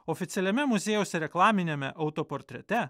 oficialiame muziejaus reklaminiame autoportrete